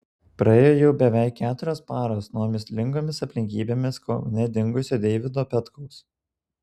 praėjo jau beveik keturios paros nuo mįslingomis aplinkybėmis kaune dingusio deivido petkaus